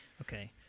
okay